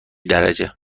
درجه